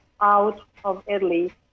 out-of-Italy